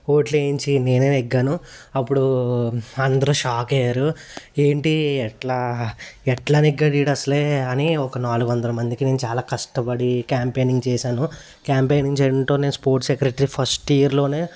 ఓట్లు వేయించి నేనే నెగ్గాను అప్పుడు అందరు షాక్ అయ్యారు ఏంటి ఎట్లా ఎట్లా నెగ్గాడు వీడు అసలే అని ఒక నాలుగొందల మందికి నేను చాలా కష్టపడి కాంపైనింగ్ చేసాను కాంపైనింగ్ చేయడంతో నేను స్పోర్ట్స్ సెక్రటరీ ఫస్ట్ ఇయర్లోనే